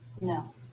no